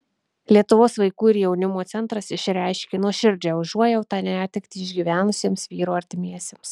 lietuvos vaikų ir jaunimo centras išreiškė nuoširdžią užuojautą netektį išgyvenusiems vyro artimiesiems